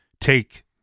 take